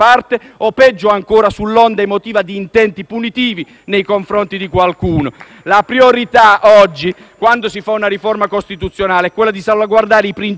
La priorità oggi, quando si fa una riforma costituzionale, è salvaguardare i principi cardine della democrazia. A monte ci deve essere una riflessione seria